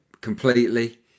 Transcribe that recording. completely